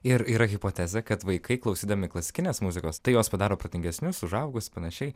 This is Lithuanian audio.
ir yra hipotezė kad vaikai klausydami klasikinės muzikos tai juos padaro protingesnius užaugus panašiai